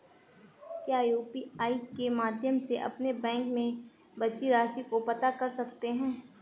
क्या यू.पी.आई के माध्यम से अपने बैंक में बची राशि को पता कर सकते हैं?